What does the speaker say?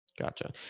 Gotcha